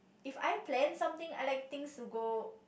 if I plan something I like things to go